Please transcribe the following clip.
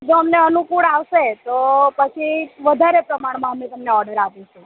જો અમને અનુકૂળ આવશે તો પછી વધારે પ્રમાણમાં અમે તમને ઓર્ડર આપીશું